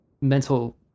mental